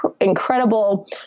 incredible